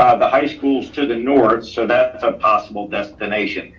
ah the high schools to the north. so that's a possible destination.